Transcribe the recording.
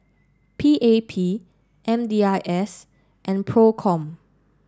P A P M D I S and PROCOM